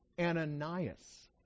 Ananias